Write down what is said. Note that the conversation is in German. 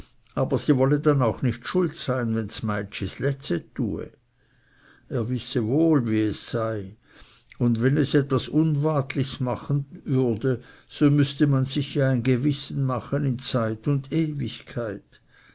aber sie wolle dann auch nicht schuld sein wenn das meitschi z'lätz tue er wisse wohl wie es sei und wenn es etwas unwatlichs machen würde so müßte man sich ein gewissen machen in zeit und ewigkeit